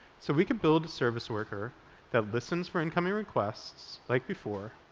so we can build a service worker that listens for incoming requests like before,